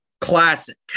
Classic